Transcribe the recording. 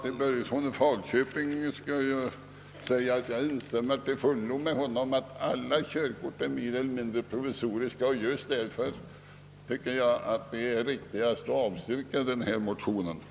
Herr talman! Jag instämmer till fullo med herr Börjesson i Falköping när han säger att alla körkort är mer eller mindre provisoriska. Just därför tycker jag det är riktigt att avslå herr Gustafssons i Borås motion.